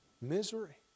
misery